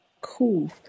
cool